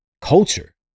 culture